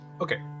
Okay